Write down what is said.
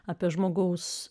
apie žmogaus